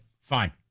fine